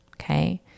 okay